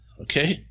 okay